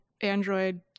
android